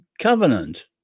covenant